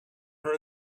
her